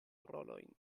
rolojn